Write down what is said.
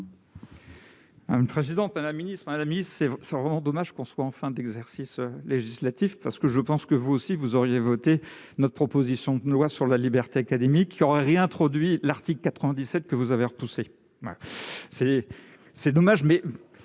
Un président à la ministre à la c'est vraiment dommage qu'on soit en fin d'exercice législatif parce que je pense que vous aussi vous auriez voté notre proposition de loi sur la liberté académique qui aura réintroduit l'article 97 que vous avez repoussé c'est c'est dommage, mais